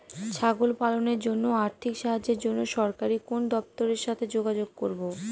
ছাগল পালনের জন্য আর্থিক সাহায্যের জন্য সরকারি কোন দপ্তরের সাথে যোগাযোগ করব?